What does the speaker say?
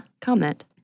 comment